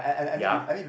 ya